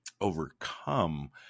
overcome